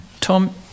Tom